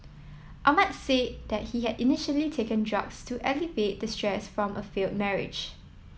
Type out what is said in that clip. Ahmad said that he had initially taken drugs to alleviate the stress from a failed marriage